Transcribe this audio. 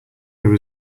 there